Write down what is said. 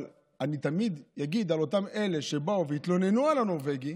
אבל אני תמיד אגיד על אותם אלה שבאו והתלוננו על הנורבגי